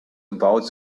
about